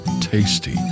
tasty